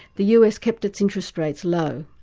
the us kept its interest rates low,